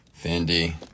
Fendi